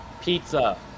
Pizza